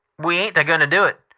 we ain't a-going to do it.